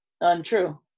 untrue